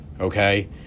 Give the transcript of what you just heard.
Okay